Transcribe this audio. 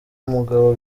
umugabo